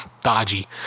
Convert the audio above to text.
dodgy